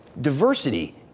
diversity